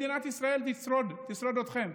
מדינת ישראל תשרוד אתכם,